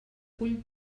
cull